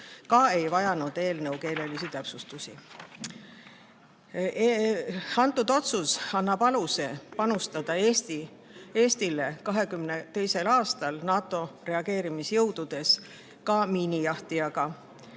ei vajanud eelnõu keelelisi täpsustusi. Otsus annab aluse panustada Eestil 2022. aastal NATO reageerimisjõududes ka miinijahtijaga.